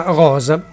rosa